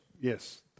yes